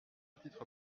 titre